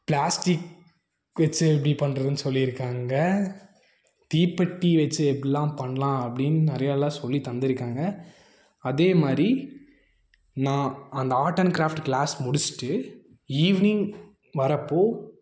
plastic வைச்சு எப்படி பண்ணுறதுனு சொல்லி இருக்காங்க தீப்பெட்டி வைச்சு எப்படிலாம் பண்ணலாம் அப்படின் நிறையாலாம் சொல்லித் தந்திருக்காங்க அதே மாதிரி நான் அந்த ஆர்ட் அண்ட் கிராஃப்ட் க்ளாஸ் முடிச்சுட்டு ஈவினிங் வர்றப்போது